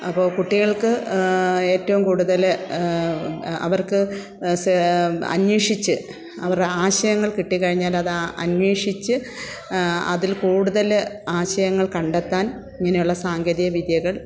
അപ്പോൾ കുട്ടികൾക്ക് ഏറ്റവും കൂടുതൽ അവർക്ക് സ് അന്വേഷിച്ച് അവരുടെ ആശയങ്ങൾ കിട്ടി കഴിഞ്ഞാൽ അത് അന്വേഷിച്ച് അതിൽ കൂടുതൽ ആശയങ്ങൾ കണ്ടെത്താൻ ഇങ്ങനെ ഉള്ള സാങ്കേതിക വിദ്യകൾ